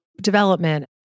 development